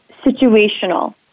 situational